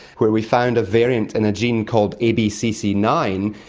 where we found a variant in a gene called a b c c nine.